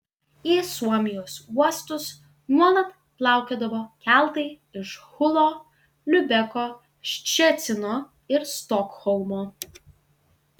į suomijos uostus nuolat plaukiodavo keltai iš hulo liubeko ščecino ir stokholmo